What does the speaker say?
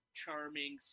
charming